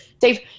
Dave